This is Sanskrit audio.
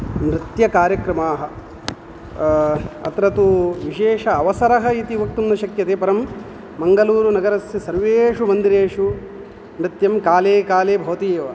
नृत्यकार्यक्रमाः अत्र तु विशेष अवसरः इति वक्तुं न शक्यते परं मङ्गलूरुनगरस्य सर्वेषु मन्दिरेषु नृत्यं काले काले भवति एव